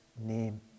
name